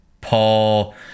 paul